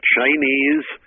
Chinese